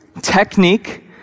technique